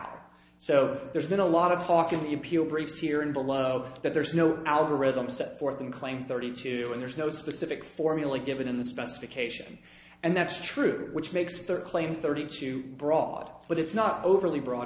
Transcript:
hour so there's been a lot of talk in the appeal breaks here and below that there is no algorithm set forth in claim thirty two and there's no specific formula given in the specification and that's true which makes the claim thirty two broad but it's not overly broad